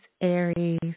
Aries